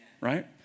right